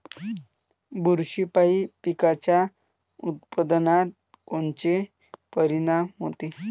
बुरशीपायी पिकाच्या उत्पादनात कोनचे परीनाम होते?